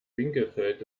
winkelfeld